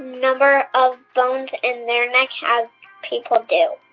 number of bones in their neck as people do.